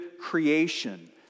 creation